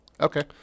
Okay